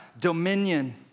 dominion